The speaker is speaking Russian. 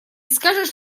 скажешь